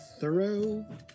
thorough